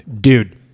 Dude